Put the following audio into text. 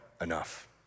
enough